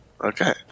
okay